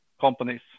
companies